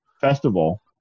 festival